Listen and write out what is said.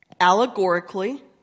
allegorically